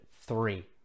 three